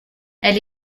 elle